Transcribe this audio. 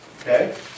Okay